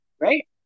right